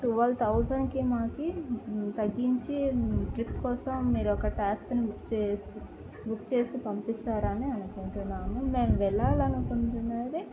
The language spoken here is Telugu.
ట్వెల్వ్ థౌజండ్కి మాకు తగ్గించి ట్రిప్ కోసం మీరొక ట్యాక్సీని బుక్ చేసి బుక్ చేసి పంపిస్తారని అనుకుంటున్నాము మేము వెళ్ళాలనుకుంటుంది